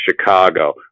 Chicago